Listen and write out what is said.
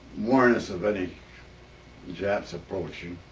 warn us of any japs approaching.